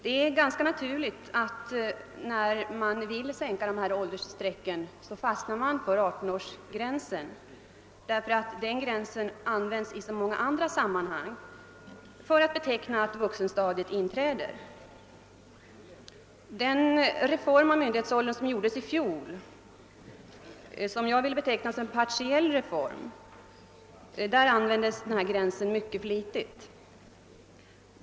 Det är ganska naturligt att man, när man vill sänka åldersstrecken, fastnar för 18-årsgränsen, eftersom den gränsen i så många andra sammanhang används för att beteckna att vuxenstadiet inträder. Vid den reform av myndighetsåldern som genomfördes i fjol och som jag vill beteckna som en partiell reform användes denna gräns mycket fli tigt.